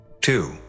Two